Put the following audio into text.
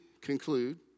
conclude